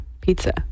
pizza